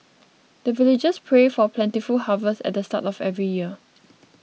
the villagers pray for plentiful harvest at the start of every year